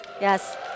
yes